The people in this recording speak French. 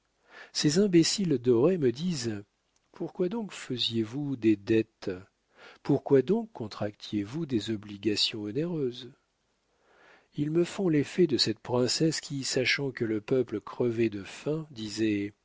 ces imbéciles dorés me disent pourquoi donc faisiez-vous des dettes pourquoi donc contractiez vous des obligations onéreuses ils me font l'effet de cette princesse qui sachant que le peuple crevait de faim disait